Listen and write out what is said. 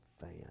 fan